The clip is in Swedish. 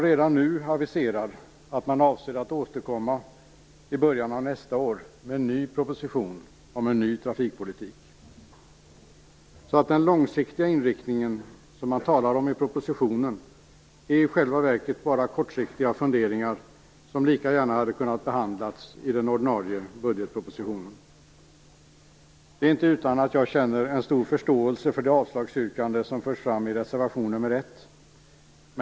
Redan nu aviseras att man avser att återkomma i början av nästa år med ännu en proposition, om en ny trafikpolitik. Den långsiktiga inriktning som man talar om i propositionen är alltså i själva verket bara kortsiktiga funderingar, som lika gärna hade kunnat behandlas i den ordinarie budgetpropositionen. Det är inte utan att jag känner förståelse för det avslagsyrkande som förs fram i reservation nr 1.